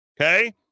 okay